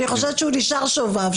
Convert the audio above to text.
אני חושבת שהוא נשאר שובב,